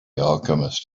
alchemist